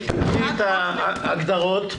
תקראי את ההגדרות,